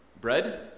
Bread